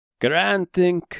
granting